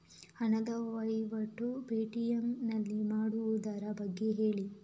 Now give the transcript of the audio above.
ಹಣದ ವಹಿವಾಟು ಪೇ.ಟಿ.ಎಂ ನಲ್ಲಿ ಮಾಡುವುದರ ಬಗ್ಗೆ ಹೇಳಿ